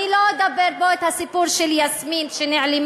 אני לא אתאר פה את הסיפור של יסמין שנעלמה,